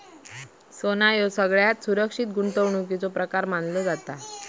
सोना ह्यो सगळ्यात सुरक्षित गुंतवणुकीचो प्रकार मानलो जाता